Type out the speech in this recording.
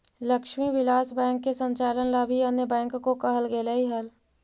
Lakshmi Vilas bank के संचालन ला भी अन्य बैंक को कहल गेलइ हल